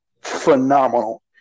phenomenal